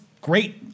great